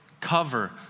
Cover